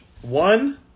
one